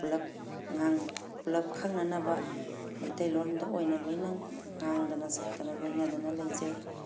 ꯄꯨꯜꯂꯞ ꯉꯥꯡ ꯄꯨꯜꯂꯞ ꯈꯪꯅꯅꯕ ꯃꯩꯇꯩꯂꯣꯟꯗ ꯑꯣꯏꯅ ꯂꯣꯏꯅ ꯉꯥꯡꯗꯅ ꯁꯛꯇꯅ ꯂꯣꯏꯅꯗꯅ ꯂꯩꯖꯩ